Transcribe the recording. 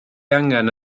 angen